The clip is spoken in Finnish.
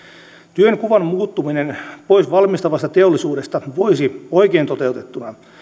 työnkuvan muuttuminen pois valmistavasta teollisuudesta voisi oikein toteutettuna